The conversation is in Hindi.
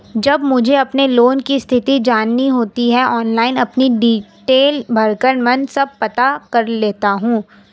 जब मुझे अपने लोन की स्थिति जाननी होती है ऑनलाइन अपनी डिटेल भरकर मन सब पता कर लेता हूँ